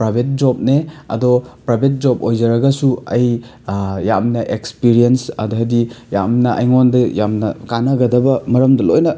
private ꯖꯣꯕꯅꯦ ꯑꯗꯣ private job ꯑꯣꯏꯖꯔꯒꯁꯨ ꯑꯩ ꯌꯥꯝꯅ ꯑꯦꯛꯁꯄꯤꯔꯤꯌꯦꯟꯁ ꯑꯗꯩꯗꯤ ꯌꯥꯝꯅ ꯑꯩꯉꯣꯟꯗ ꯌꯥꯝꯅ ꯀꯥꯟꯅꯒꯗꯕ ꯃꯔꯝꯗ ꯂꯣꯏꯅ